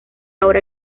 ahora